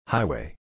Highway